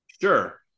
Sure